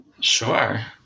Sure